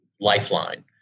lifeline